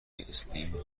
stem